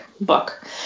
book